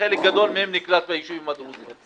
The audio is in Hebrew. חלק גדול מהם נקלט ביישובים הדרוזיים,